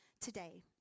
today